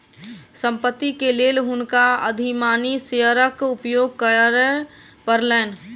संपत्ति के लेल हुनका अधिमानी शेयरक उपयोग करय पड़लैन